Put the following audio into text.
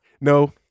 No